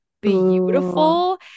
beautiful